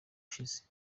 ushize